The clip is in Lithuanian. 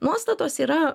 nuostatos yra